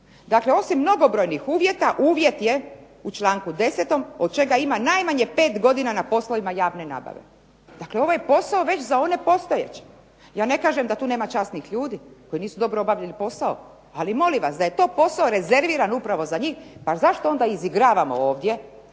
dakle osim mnogobrojnih uvjeta uvjet je u članku 10. od čega ima najmanje 5 godina na poslovima javne nabave. Dakle, ovaj posao je za one već postojeće. Ja ne kažem da tu nema časnih ljudi koji nisu dobro obavili posao, ali molim vas da je to posao rezerviran upravo za njih, zašto onda izigravao ovdje